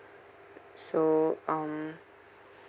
so um